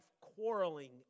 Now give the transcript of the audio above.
quarreling